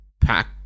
pack